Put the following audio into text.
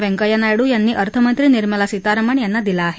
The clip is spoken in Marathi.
व्यंक्ख्या नायडू यांनी अर्थमंत्री निर्मला सीतारामन यांना दिला आहे